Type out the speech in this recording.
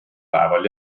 päeval